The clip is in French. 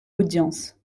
audiences